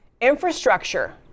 Infrastructure